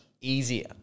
easier